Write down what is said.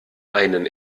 einen